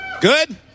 good